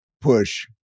push